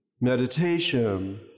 meditation